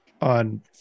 on